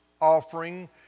offering